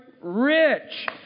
rich